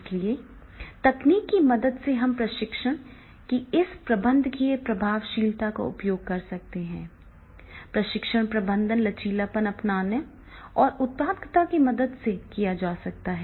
इसलिए इसलिए तकनीक की मदद से हम प्रशिक्षण की इस प्रबंधकीय प्रभावशीलता का उपयोग कर सकते हैं प्रशिक्षण प्रबंधन लचीलापन अपनाने और उत्पादकता की मदद से किया जा सकता है